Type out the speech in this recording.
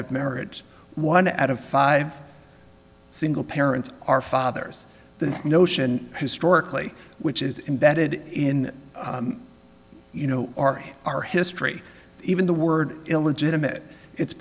of marriage one out of five single parents are fathers this notion historically which is embedded in you know our our history even the word illegitimate it's